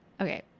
Okay